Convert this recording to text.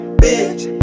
bitch